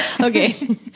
okay